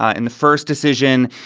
ah in the first decision,